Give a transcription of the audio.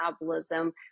metabolism